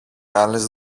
άλλες